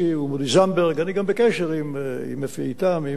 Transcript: אני גם בקשר עם אפי איתם ועם אביגדור ליברמן.